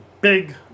big